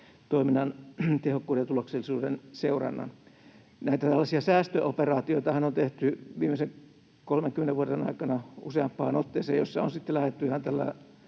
toiminnan tehokkuuden ja tuloksellisuuden seurannan. Näitä tällaisia säästöoperaatioitahan on tehty viimeisen 30 vuoden aikana useampaan otteeseen, ja niissä on lähdetty